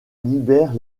libère